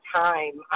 time